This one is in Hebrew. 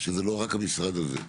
שזה לא רק המשרד הזה.